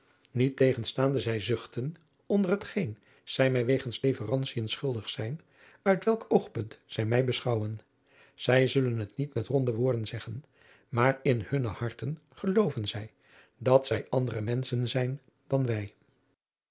niettegenstaande zij zuchten onder hetgeen zij mij wegens leverantien schuldig zijn uit welk oogpunt zij mij beschouwen zij zullen het niet met ronde woorden zeggen maar in hunne harten gelooven zij dat zij andere menschen zijn dan wij